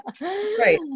Right